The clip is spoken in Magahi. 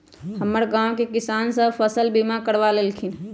हमर गांव के किसान सभ फसल बीमा करबा लेलखिन्ह ह